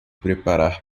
preparar